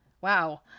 wow